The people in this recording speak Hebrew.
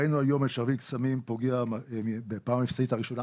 ראינו היום את שרביט קסמים פוגע בפעם המבצעית הראשונה.